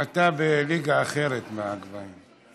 אתה בליגה אחרת בגבהים.